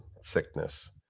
sickness